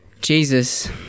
Jesus